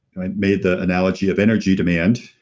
i made the analogy of energy demand,